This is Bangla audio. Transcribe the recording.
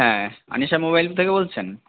হ্যাঁ আনিশা মোবাইল থেকে বলছেন